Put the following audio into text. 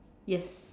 yes